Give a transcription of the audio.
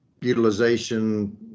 utilization